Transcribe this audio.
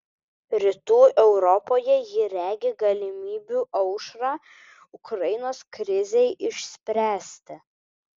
rytų europoje ji regi galimybių aušrą ukrainos krizei išspręsti